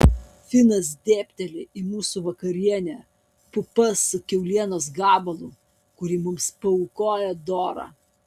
finas dėbteli į mūsų vakarienę pupas su kiaulienos gabalu kurį mums paaukojo dora